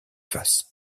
faces